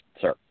sir